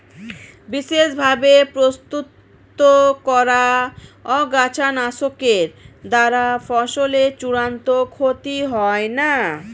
বিশেষ ভাবে প্রস্তুত করা আগাছানাশকের দ্বারা ফসলের চূড়ান্ত ক্ষতি হয় না